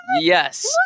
Yes